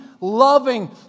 loving